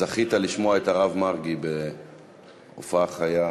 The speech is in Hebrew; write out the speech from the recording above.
זכית לשמוע את הרב מרגי בהופעה חיה.